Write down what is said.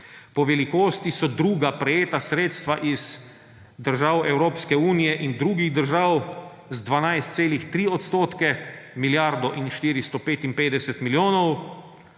Po velikosti so druga prejeta sredstva iz držav Evropske unije in drugih držav z 12,3 odstotka, milijardo in 455 milijonov,